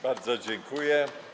Bardzo dziękuję.